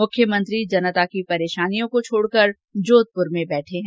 मुख्यमंत्री जनता की परेशानियों को छोड़कर वे जोधपुर में बैठे है